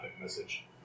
message